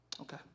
Okay